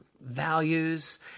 values